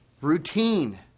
Routine